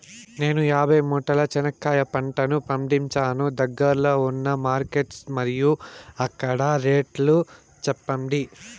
నేను యాభై మూటల చెనక్కాయ పంట పండించాను దగ్గర్లో ఉన్న మార్కెట్స్ మరియు అక్కడ రేట్లు చెప్పండి?